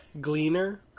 gleaner